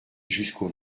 jusqu’au